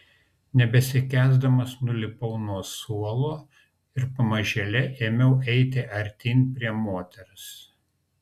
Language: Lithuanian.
nebesikęsdamas nulipau nuo suolo ir pamažėle ėmiau eiti artyn prie moters